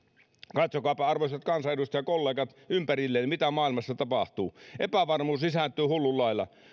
katsokaapa arvoisat kansanedustajakollegat ympärillenne mitä maailmassa tapahtuu epävarmuus lisääntyy hullun lailla